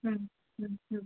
ಹ್ಞೂ ಹ್ಞೂ ಹ್ಞೂ